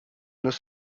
nos